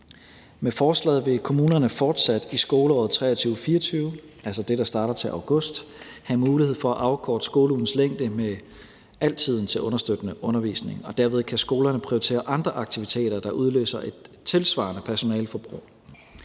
Med forslaget vil kommunerne fortsat i skoleåret 2023/24, altså det, der starter til august, have mulighed for at afkorte skoleugens længde med al tiden til understøttende undervisning, og derved kan skolerne prioritere andre aktiviteter, der udløser et tilsvarende personaleforbrug.